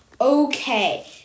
Okay